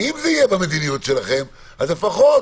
ואם זה יהיה במדיניות שלכם, שלפחות